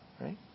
Right